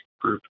group